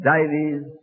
Dives